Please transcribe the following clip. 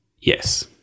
Yes